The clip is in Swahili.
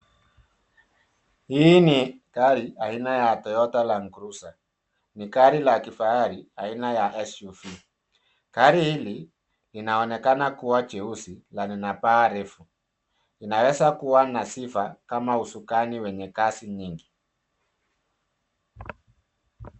Hii ni gari aina ya Toyota Land Cruiser, ni gari la kifahari aina ya SUV .Gari hili linaonekana kuwa jeusi na lina paa refu. Linaweza kuwa na sifa kama usukani wenye kasi nyingi.